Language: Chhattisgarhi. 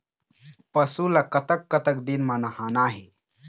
पशु ला कतक कतक दिन म नहाना हे?